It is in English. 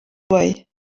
way